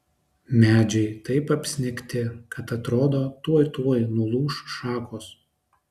medžiai taip apsnigti kad atrodo tuoj tuoj nulūš šakos